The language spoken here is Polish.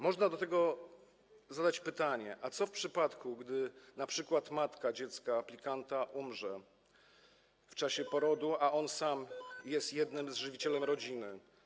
Można zadać pytanie: Co w przypadku, gdy np. matka dziecka aplikanta umrze w czasie porodu, a on sam jest jednym żywicielem rodziny?